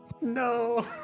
No